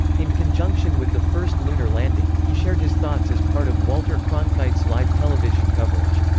in conjunction with the first lunar landing, he shared his thoughts as part of walter cronkite's live television coverage.